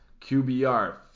QBR